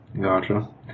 gotcha